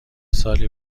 سالی